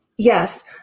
Yes